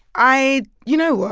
i you know